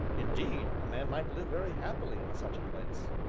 indeed, a man might live very happily in such a place.